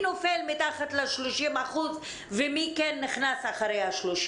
נופל מתחת ל-30% ומי כן נכנס אחרי ה-30%.